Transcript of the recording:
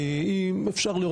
לא, אני לא אין לי